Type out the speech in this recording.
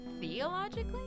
theologically